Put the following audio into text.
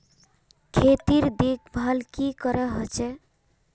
खेतीर देखभल की करे होचे?